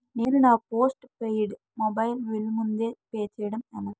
నేను నా postpaid mobile bill ముందే పే చేయడం ఎలా?